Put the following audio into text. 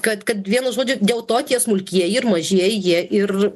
kad kad vienu žodžiu dėl to tie smulkieji ir mažieji jie ir